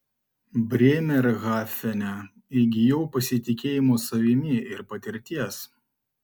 brėmerhafene įgijau pasitikėjimo savimi ir patirties